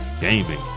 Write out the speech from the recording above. gaming